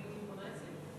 אני, אצלי.